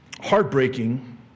heartbreaking